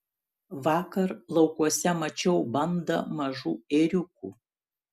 vakar laukuose mačiau bandą mažų ėriukų